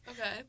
Okay